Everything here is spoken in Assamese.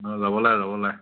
অঁ যাব লাগে যাব লাগে